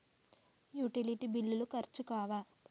Utility బిల్లులు ఖర్చు కావా?